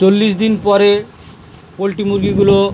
চল্লিশ দিন পরে পোলট্রি মুরগিগুলো